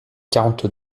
quarante